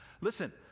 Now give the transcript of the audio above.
Listen